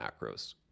macros